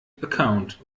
account